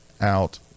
out